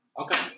Okay